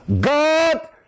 God